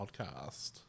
podcast